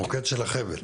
המוקד של החבל.